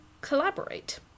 collaborate